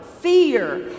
fear